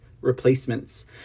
replacements